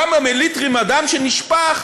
כמה מליטרים הדם שנשפך,